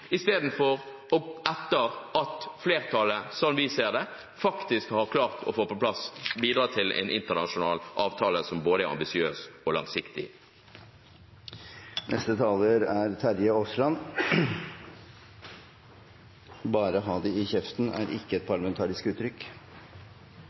istedenfor etter at flertallet, slik vi ser det, faktisk har klart å bidra til en internasjonal avtale som er både ambisiøs og langsiktig. Presidenten vil bemerke at «bare ha det i kjeften» ikke er et